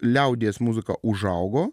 liaudies muzika užaugo